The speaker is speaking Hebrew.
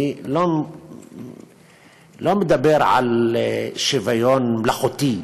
אני לא מדבר על שוויון מלאכותי,